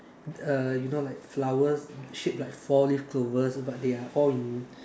uh you know like flowers shaped like four leaf clovers but they are all in